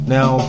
Now